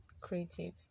creative